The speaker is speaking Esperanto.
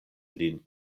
lin